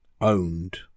owned